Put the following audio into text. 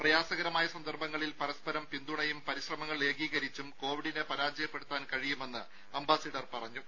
പ്രയാസകരമായ സന്ദർഭങ്ങളിൽ പരസ്പരം പിന്തുണയും പരിശ്രമങ്ങൾ ഏകീകരിച്ചും കോവിഡിനെ പരാജയപ്പെടുത്താൻ കഴിയുമെന്ന് അംബാസിഡർ പറഞ്ഞു